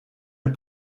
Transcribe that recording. est